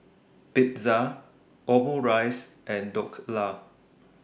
Pizza Omurice and Dhokla